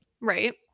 Right